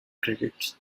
credits